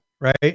right